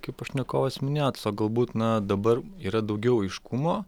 kaip pašnekovas minėjo tiesiog galbūt na dabar yra daugiau aiškumo